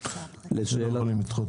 ב-11:00.